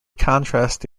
contrast